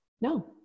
No